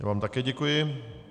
Já vám také děkuji.